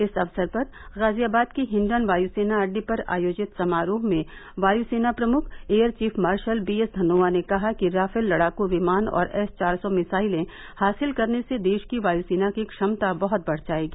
इस अवसर पर गाजियाबाद के हिंडन वायुसेना अड्डे पर आयोजित समारोह में वाय्सेना प्रमुख air chief marshal B S Dhanoa ने कहा कि राफेल लड़ाकू विमान और एस चार सौ मिसाइलें हासिल करने से देश की वाय्सेना की क्षमता बहत बढ़ जाएगी